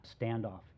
standoff